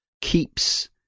keeps